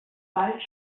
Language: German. bald